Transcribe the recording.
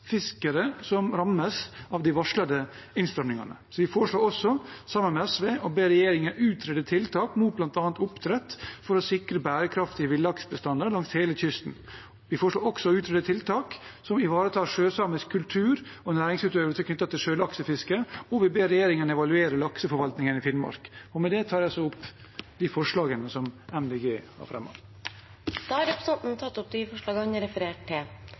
som rammes av de varslede innstrammingene. Vi foreslår også, sammen med SV, å be regjeringen utrede tiltak mot bl.a. oppdrett for å sikre bærekraftige villaksbestander langs hele kysten. Vi foreslår også å utrede tiltak som ivaretar sjøsamisk kultur og næringsutøvelse knyttet til sjølaksefiske, og vi ber regjeringen evaluere lakseforvaltningen i Finnmark. Med det tar jeg opp det forslaget Miljøpartiet De Grønne har fremmet. Representanten Per Espen Stoknes har tatt opp det forslaget han refererte til.